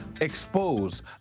Expose